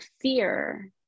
fear